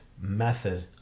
method